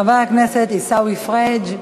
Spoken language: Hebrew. של חבר הכנסת עיסאווי פריג'.